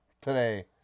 today